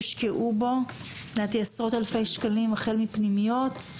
יושקעו בו לדעתי עשרות אלפי שקלים החל מפנימיות,